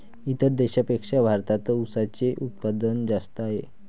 इतर देशांपेक्षा भारतात उसाचे उत्पादन जास्त आहे